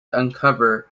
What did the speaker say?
uncover